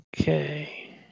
Okay